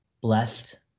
blessed